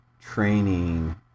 training